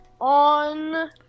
on